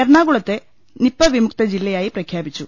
എറണാകുളത്തെ നിപ വിമുക്തജില്ലയായി പ്രഖ്യാപിച്ചു